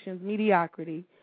mediocrity